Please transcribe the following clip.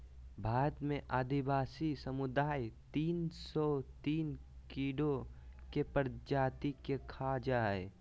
भारत में आदिवासी समुदाय तिन सो तिन कीड़ों के प्रजाति के खा जा हइ